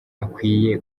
akwiye